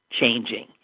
changing